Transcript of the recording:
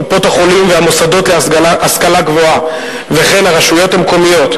קופות-החולים והמוסדות להשכלה גבוהה וכן הרשויות המקומיות,